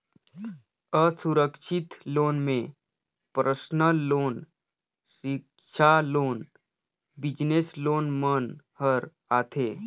असुरक्छित लोन में personal loan, सिक्छा लोन, बिजनेस लोन मन हर आथे